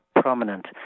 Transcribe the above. prominent